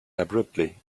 abruptly